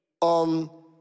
on